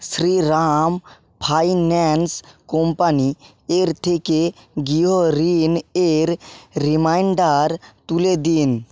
Shriram finance company এর থেকে গৃহ ঋণ এর রিমাইন্ডার তুলে দিন